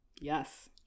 Yes